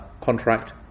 contract